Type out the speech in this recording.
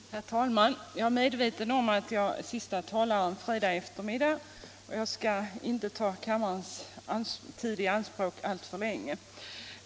Herr talman! Jag är medveten om att jag är sista talare en fredagseftermiddag, och jag skall inte ta kammarens tid i anspråk alltför länge.